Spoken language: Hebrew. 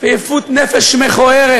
ויפות נפש מכוערת,